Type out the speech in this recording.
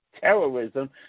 terrorism